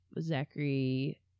Zachary